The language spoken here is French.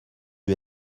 aux